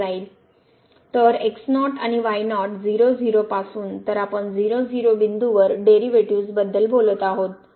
तर x0 आणि y0 0 0 पासून तर आपण 0 0 बिंदूवर डेरिव्हेटिव्ह्ज बद्दल बोलत आहोत